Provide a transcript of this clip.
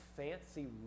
fancy